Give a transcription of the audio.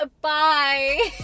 Bye